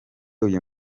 uyu